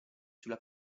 sulla